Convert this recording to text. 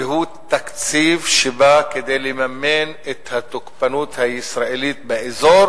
והוא תקציב שבא כדי לממן את התוקפנות הישראלית באזור